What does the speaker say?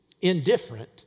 indifferent